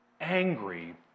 angry